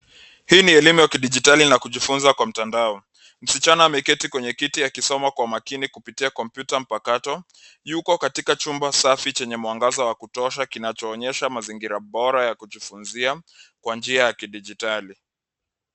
Hii ni elimu ya kidijitali na kujifunza kwa mtandao . Msichana ameketi kwenye kiti akisoma kwa makini kupitia kompyuta mpakato. Yuko katika chumba safi chenye mwangaza wa kutosha kinachoonyesha mazingira bora ya kujifunzia kwa njia ya kidijitali .